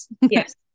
Yes